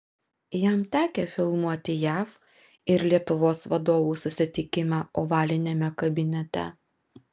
jam tekę filmuoti jav ir lietuvos vadovų susitikimą ovaliniame kabinete